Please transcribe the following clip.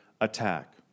attack